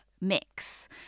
mix